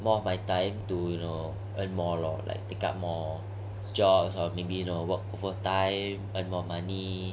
more of my time to you know earn more or like take up more jobs or maybe you know work overtime earn more money